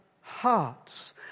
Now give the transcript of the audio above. hearts